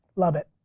love it,